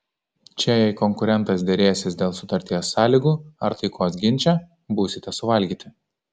čia jei konkurentas derėsis dėl sutarties sąlygų ar taikos ginče būsite suvalgyti